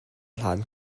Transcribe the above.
hlan